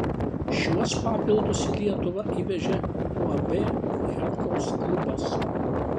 šiuos papildus į lietuvą įvežė uab herkaus klubas